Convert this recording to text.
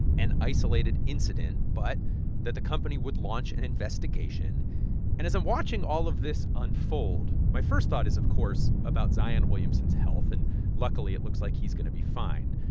an isolated incident but that the company would launch an investigation and as i'm watching all of this unfold, my first thought is of course about zion williamson's health. and luckily, it looks like he's going to be fine.